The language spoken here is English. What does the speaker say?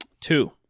Two